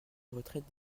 retraite